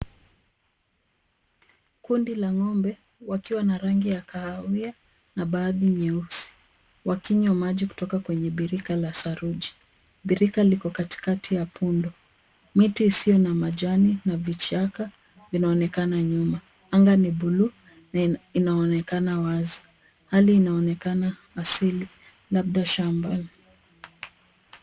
Kundi la ng'ombe, wakiwa na rangi ya kahawia na baadhi nyeusi, wakinywa maji kutoka kwenye birika la saruji. Birika liko katikati ya pundo, miti isiyo na majani na vichaka vinaonekana nyuma. Anga ni buluu, na inaonekana wazi, hali inaonekana asili labda shambani.